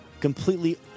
completely